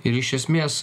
ir iš esmės